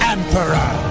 Emperor